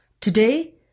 today